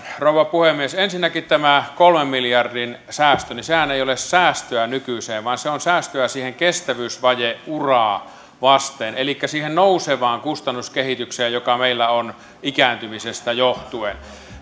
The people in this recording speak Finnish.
rouva puhemies ensinnäkin tämä kolmen miljardin säästöhän ei ole säästöä nykyiseen vaan se on säästöä kestävyysvajeuraa vasten elikkä siihen nousevaan kustannuskehitykseen joka meillä on ikääntymisestä johtuen